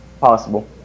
possible